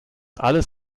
alles